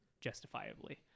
justifiably